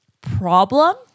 problem